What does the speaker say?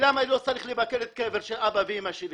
למה אני לא צריך לבקר את הקבר של אבא ואמא שלי?